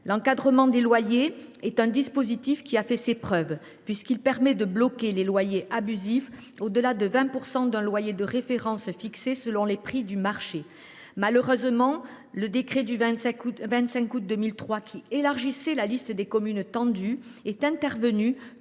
L’encadrement des loyers est un dispositif qui a fait ses preuves, puisqu’il permet de bloquer les loyers abusifs au delà de 20 % d’un loyer de référence fixé en fonction des prix du marché. Malheureusement, la publication du décret du 25 août 2023, qui élargissait la liste des communes tendues, est intervenue